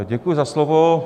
Děkuji za slovo.